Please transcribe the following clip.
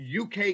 UK